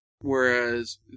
whereas